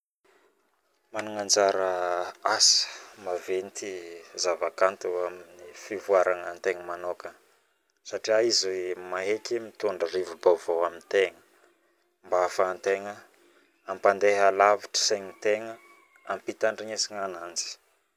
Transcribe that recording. Managna anjara asa maventy ny zavakanto aminy fivoaragna antaigna manoka satria izy maheky mitondra rivobaovao amitegna mba afahantegna mampadeha lavitra saignitegna ampitandrignesagna ananjy